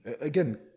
Again